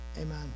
Amen